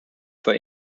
for